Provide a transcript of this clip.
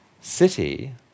city